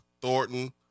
Thornton